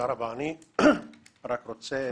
אני רק רוצה